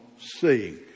seeing